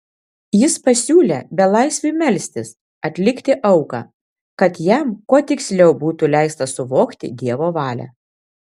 jis pasiūlė belaisviui melstis atlikti auką kad jam kuo tiksliau būtų leista suvokti dievo valią